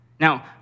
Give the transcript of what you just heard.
Now